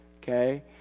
Okay